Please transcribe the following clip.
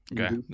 Okay